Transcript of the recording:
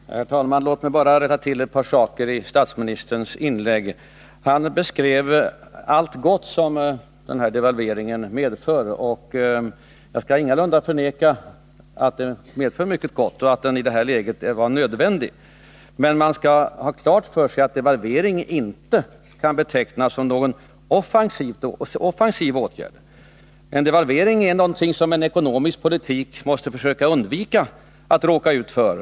Herr talman! Låt mig bara rätta till ett par saker i statsministerns inlägg. Han beskrev allt gott som devalveringen medför. Jag skall ingalunda förneka att den medför mycket gott och att den i det här läget var nödvändig. Men man skall ha klart för sig att en devalvering inte kan betecknas som någon offensiv åtgärd. En devalvering är någonting som en ekonomisk politik måste försöka undvika att råka ut för.